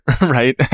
right